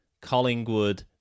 Collingwood